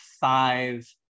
five